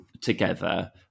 together